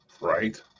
right